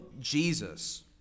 Jesus